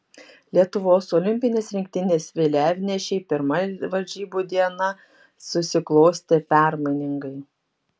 lietuvos olimpinės rinktinės vėliavnešei pirma varžybų diena susiklostė permainingai